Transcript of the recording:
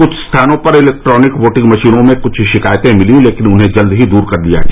कुछ स्थानों पर इलेक्ट्रॉनिक वोटिंग मशीनों में कुछ शिकायतें मिलीं लेकिन उन्हें जल्द ही दूर कर लिया गया